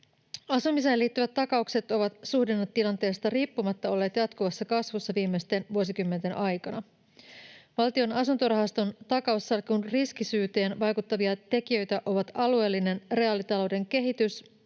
Asumiseen liittyvät takaukset ovat suhdannetilanteesta riippumatta olleet jatkuvassa kasvussa viimeisten vuosikymmenten aikana. Valtion asuntorahaston takaussalkun riskisyyteen vaikuttavia tekijöitä ovat alueellinen reaalitalouden kehitys,